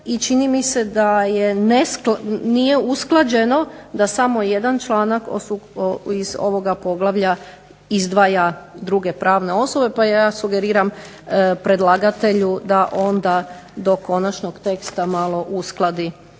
I čini mi se da je neskladno, nije usklađeno da samo jedan članak iz ovoga poglavlja izdvaja druge pravne osobe pa ja sugeriram predlagatelju da onda do konačnog teksta malo uskladi